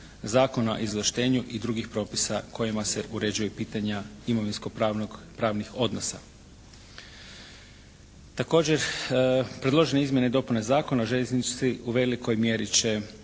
Zakona o izvlaštenju i drugih propisa kojima se uređuju i pitanja imovinskopravnih odnosa. Također predložene izmjene i dopune Zakona o željeznici u velikoj mjeri će